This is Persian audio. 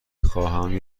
خواهم